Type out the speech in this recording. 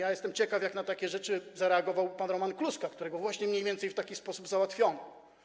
Jestem ciekaw, jak na takie rzeczy zareagował pan Roman Kluska, którego właśnie mniej więcej w taki sposób załatwiono.